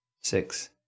Six